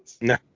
No